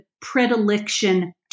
predilection